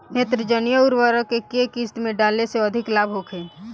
नेत्रजनीय उर्वरक के केय किस्त में डाले से अधिक लाभ होखे?